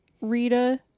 Rita